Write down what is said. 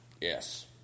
Yes